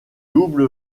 double